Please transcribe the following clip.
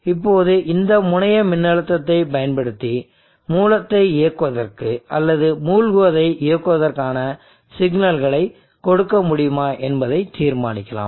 இப்போது இந்த முனைய மின்னழுத்தத்தைப் பயன்படுத்தி மூலத்தை இயக்குவதற்கு அல்லது மூழ்குவதை இயக்குவதற்கான சிக்னல்களை கொடுக்க முடியுமா என்பதை தீர்மானிக்கலாம்